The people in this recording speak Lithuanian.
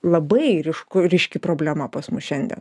labai ryšku ryški problema pas mus šiandien